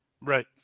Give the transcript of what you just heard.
Right